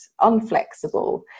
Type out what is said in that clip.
unflexible